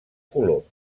color